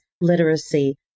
literacy